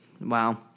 Wow